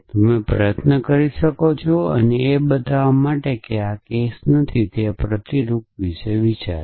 તમે પ્રયત્ન કરી શકો છો અને બતાવવા માટે કે આ કેસ નથી તેના પ્રતિરૂપ વિશે વિચારો